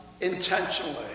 intentionally